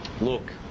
look